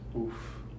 Oof